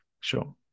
Sure